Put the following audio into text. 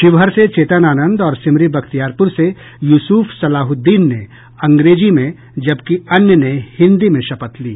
शिवहर से चेतन आनंद और सिमरी बख्तियारपुर से यूसुफ सलाहुद्दीन ने अंग्रेजी में जबकि अन्य ने हिंदी में शपथ ली